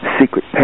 secret